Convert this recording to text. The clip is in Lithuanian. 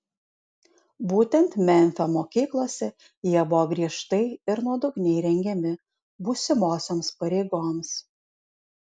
būtent memfio mokyklose jie buvo griežtai ir nuodugniai rengiami būsimosioms pareigoms